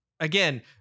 Again